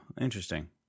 interesting